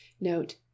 Note